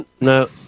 No